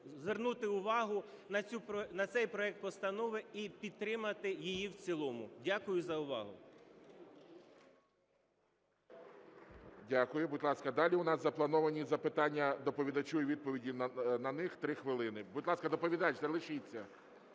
звернути увагу на цей проект постанови і підтримати її в цілому. Дякую за увагу. ГОЛОВУЮЧИЙ. Дякую. Будь ласка, далі в нас заплановані запитання доповідачу і відповіді на них три хвилини. Будь ласка, доповідач залишіться.